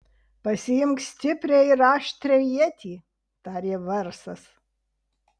pasiimk stiprią ir aštrią ietį tarė varsas